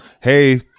hey